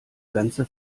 ganze